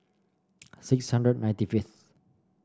six hundred ninety fifth